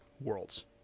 Worlds